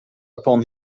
upon